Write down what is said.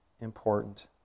important